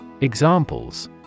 Examples